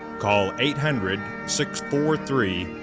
call eight hundred, six, four, three,